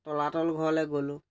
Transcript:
তলাতল ঘৰলৈ গ'লোঁ